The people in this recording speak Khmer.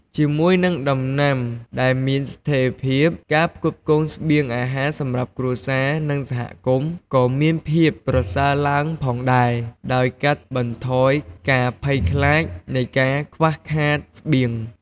ជាមួយនឹងដំណាំដែលមានស្ថេរភាព ការផ្គត់ផ្គង់ស្បៀងអាហារសម្រាប់គ្រួសារ និងសហគមន៍ក៏មានភាពប្រសើរឡើងផងដែរ ដោយកាត់បន្ថយការភ័យខ្លាចនៃការខ្វះខាតស្បៀង។